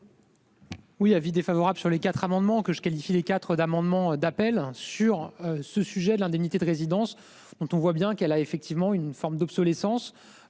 Oui, avis défavorable sur les quatre amendements que je qualifie les quatres d'amendements d'appel sur ce sujet de l'indemnité de résidence, dont on voit bien qu'elle a effectivement une forme d'obsolescence.